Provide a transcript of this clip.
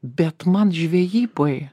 bet man žvejyboj